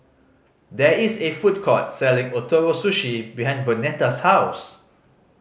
there is a food court selling Ootoro Sushi behind Vonetta's house